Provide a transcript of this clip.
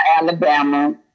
Alabama